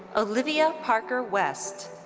olivia parker west.